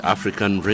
African